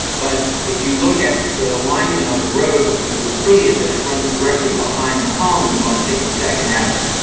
but if you look at the alignment of the road, what you will see is that it runs directly behind the homes on sixty second avenue.